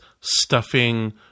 stuffing